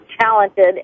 talented